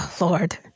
Lord